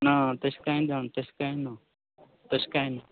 ना तशें कांय तशें कांय ना तशें कांय ना